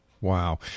Wow